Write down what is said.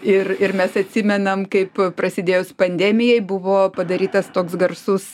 ir ir mes atsimenam kaip prasidėjus pandemijai buvo padarytas toks garsus